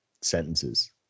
sentences